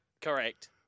Correct